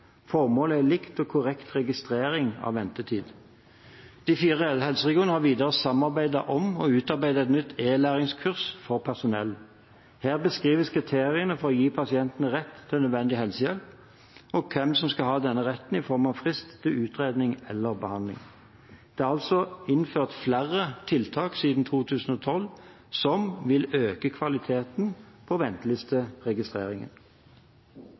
Formålet er lik og korrekt registrering av ventetid. De fire helseregionene har videre samarbeidet om og utarbeidet et nytt e-læringskurs for personell. Her beskrives kriteriene for å gi pasienter rett til nødvendig helsehjelp og hvem som skal ha denne retten i form av frist til utredning eller behandling. Det er altså innført flere tiltak siden 2012 som vil øke kvaliteten på